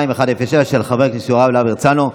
2107 של חבר הכנסת יוראי להב הרצנו.